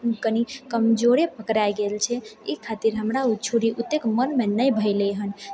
कनि कमजोरे पकड़ाइ गेल छै ई खातिर हमरा ओ छुरी ओतेक मनमे नहि भैलै हन